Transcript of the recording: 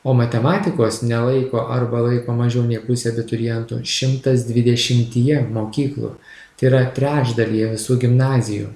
o matematikos nelaiko arba laiko mažiau nei pusė abiturientų šimtas dvidešimtyje mokyklų tai yra trečdalyje visų gimnazijų